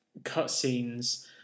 cutscenes